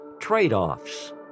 Trade-Offs